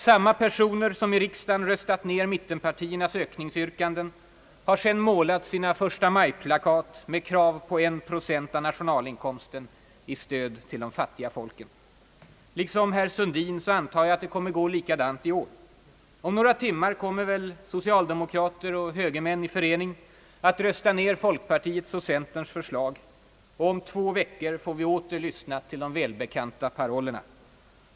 Samma personer som i riksdagen röstat ner mittenpartiernas ökningsyrkanden har sedan målat sina förstamajplakat med krav på 1 procent av nationalinkomsten i stöd till de fattiga folken. Liksom herr Sundin antar jag att det kommer att gå likadant i år. Om några timmar kommer väl socialdemokrater och högermän i förening att rösta ner folkpartiets och centerns förslag — och om två veckor får vi åter lyssna till de välbekanta parollerna.